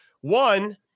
One